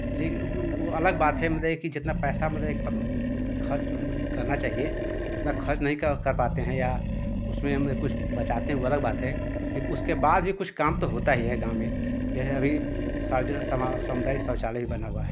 लेकी वो अलग बात है मतलब है कि जितना पैसा मतलब एक खर्च करना चाहिए उतना खर्च नहीं कर कर पाते हैं या उसमें कुछ बचातें हैं वो अलग बात है लेक उसके बाद भी तो कुछ काम होता ही है गाँव में जैसे अभी समुदाय शौचालय बना हुआ है